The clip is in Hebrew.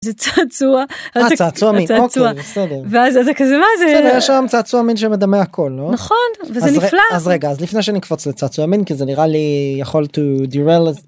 זה צעצוע, הצעצוע, ואז זה כזה, מה זה? -בסדר, יש היום צעצוע מין שמדמה הכול, לא? -נכון, וזה נפלא. -אז רגע, אז לפני שנקפוץ לצעצוע מין, כי זה נראה לי יכול to